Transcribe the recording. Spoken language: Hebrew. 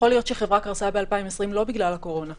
יכול להיות שחברה קרסה ב-2020 לא בגלל הקורונה,